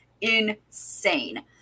insane